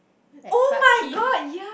at Clark-Quay